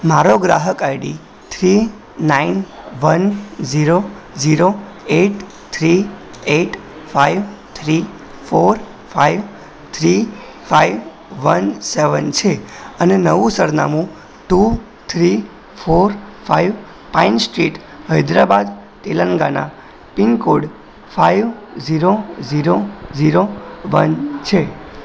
મારો ગ્રાહક ID three nine one zero zero eight three eight five three four five three five one seven છે અને નવું સરનામું two three four five pine street Hyderabad Telangana pin code five zero zero zero one છે